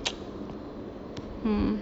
hmm